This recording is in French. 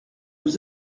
nous